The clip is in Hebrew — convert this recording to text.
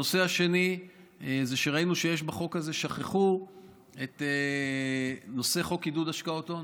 הנושא השני זה שראינו שבחוק הזה שכחו את חוק עידוד השקעות הון.